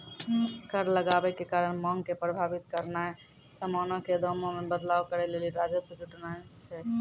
कर लगाबै के कारण मांग के प्रभावित करनाय समानो के दामो मे बदलाव करै लेली राजस्व जुटानाय छै